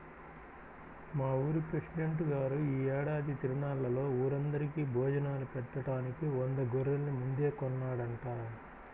మా ఊరి పెసిడెంట్ గారు యీ ఏడాది తిరునాళ్ళలో ఊరందరికీ భోజనాలు బెట్టడానికి వంద గొర్రెల్ని ముందే కొన్నాడంట